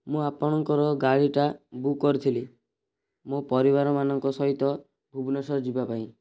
ମୁଁ ଆପଣଙ୍କର ଗାଡ଼ିଟା ବୁକ୍ କରିଥିଲି ମୋ ପରିବାରମାନଙ୍କ ସହିତ ଭୁବନେଶ୍ୱର ଯିବା ପାଇଁ